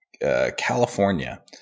California